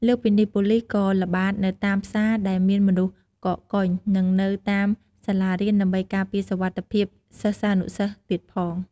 លើសពីនេះ ប៉ូលិសក៏ល្បាតនៅតាមផ្សារដែលមានមនុស្សកកកុញ និងនៅតាមសាលារៀនដើម្បីការពារសុវត្ថិភាពសិស្សានុសិស្សទៀតផង។